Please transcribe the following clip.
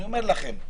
אני אומר לכם,